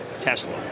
Tesla